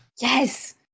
yes